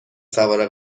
سوار